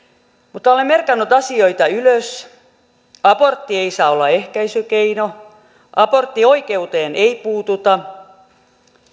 mutta olen merkannut asioita ylös abortti ei saa olla ehkäisykeino aborttioikeuteen ei puututa